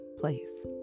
place